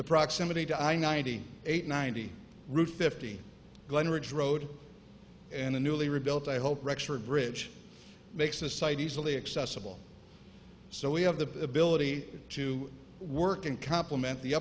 the proximity to i ninety eight ninety route fifty glen ridge road and a newly rebuilt i hope bridge makes this site easily accessible so we have the ability to work in compliment the